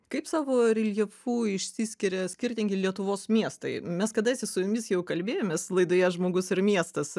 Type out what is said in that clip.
kaip savo reljefu išsiskiria skirtingi lietuvos miestai mes kadaise su jumis jau kalbėjomės laidoje žmogus ir miestas